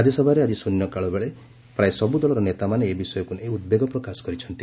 ରାଜ୍ୟସଭାରେ ଆଜି ଶ୍ଚନ୍ୟକାଳବେଳେ ପ୍ରାୟ ସବୁ ଦଳର ନେତାମାନେ ଏ ବିଷୟକୁ ନେଇ ଉଦ୍ବେଗ ପ୍ରକାଶ କରିଛନ୍ତି